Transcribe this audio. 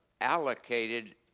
allocated